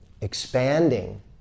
expanding